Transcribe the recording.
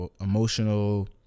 emotional